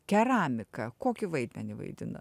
keramika kokį vaidmenį vaidina